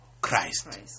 Christ